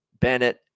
Bennett